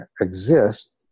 exist